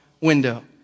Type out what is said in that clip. window